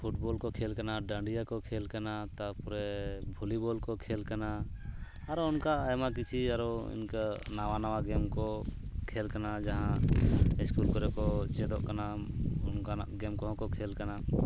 football ᱠᱚ ᱠᱷᱮᱞ ᱠᱟᱱᱟ ᱰᱟᱸᱲᱤᱭᱟᱹ ᱠᱚ ᱠᱷᱮᱞ ᱠᱟᱱᱟ ᱛᱟᱨᱯᱚᱨᱮ ᱵᱷᱚᱞᱤᱵᱚᱞ ᱠᱚ ᱠᱷᱮᱞ ᱠᱟᱱᱟ ᱟᱨᱚ ᱚᱱᱠᱟ ᱟᱭᱢᱟ ᱠᱤᱪᱷᱤ ᱟᱨᱚ ᱤᱱᱠᱟᱹ ᱱᱟᱣᱟ ᱱᱟᱣᱟ ᱜᱮᱢ ᱠᱚ ᱠᱷᱮᱞ ᱠᱟᱱᱟ ᱡᱟᱦᱟᱸ ᱤᱥᱠᱩᱞ ᱠᱚᱨᱮ ᱠᱚ ᱪᱮᱫᱚᱜ ᱠᱟᱱᱟ ᱚᱱᱠᱟᱱᱟᱜ ᱜᱮᱢ ᱠᱚᱦᱚᱸ ᱠᱚ ᱠᱷᱮᱞ ᱠᱟᱱᱟ